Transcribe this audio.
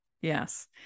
Yes